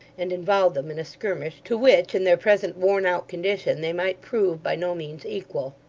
and involve them in a skirmish, to which in their present worn-out condition they might prove by no means equal.